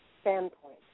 standpoint